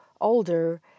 older